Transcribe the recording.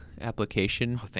application